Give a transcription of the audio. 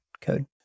code